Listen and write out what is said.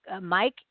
Mike